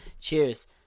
Cheers